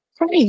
right